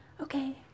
Okay